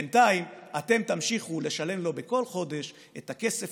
בינתיים אתם תמשיכו לשלם לו בכל חודש את הכסף